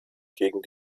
gegen